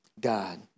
God